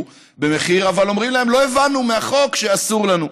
במחיר אבל אומרים: לא הבנו מהחוק שאסור לנו.